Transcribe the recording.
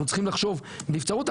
אנחנו צריכים לחשוב בנבצרות,